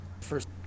first